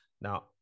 Now